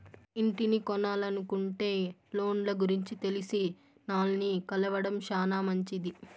ఇంటిని కొనలనుకుంటే లోన్ల గురించి తెలిసినాల్ని కలవడం శానా మంచిది